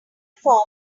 forms